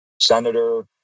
Senator